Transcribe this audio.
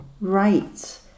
Right